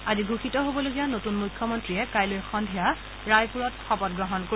আজি ঘোষিত হ'বলগীয়া নতুন মুখ্যমন্ত্ৰীয়ে কাইলৈ সদ্ধিয়া ৰায়পুৰত শপতগ্ৰহণ কৰিব